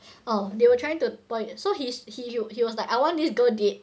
oh they were trying to point so he's he he was like I want this girl dead